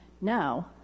Now